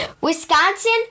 Wisconsin